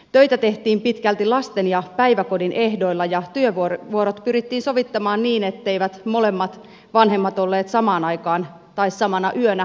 töitä tehtiin pitkälti lasten ja päiväkodin ehdoilla ja työvuorot pyrittiin sovittamaan niin etteivät molemmat vanhemmat olleet samana yönä yövuorossa